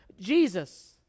Jesus